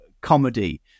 comedy